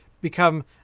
become